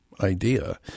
idea